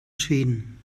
schweden